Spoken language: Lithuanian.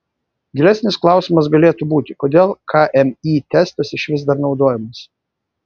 gilesnis klausimas galėtų būti kodėl kmi testas išvis dar naudojamas